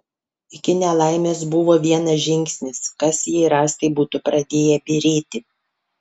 iki nelaimės buvo vienas žingsnis kas jei rąstai būtų pradėję byrėti